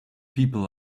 people